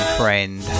friend